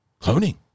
cloning